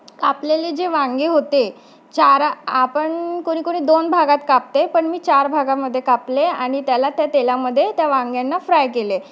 कापलेले जे वांगे होते चारा आपण कोणी कोणी दोन भागात कापते पण मी चार भागामध्ये कापले आणि त्याला त्या तेलामध्ये त्या वांग्यांना फ्राय केले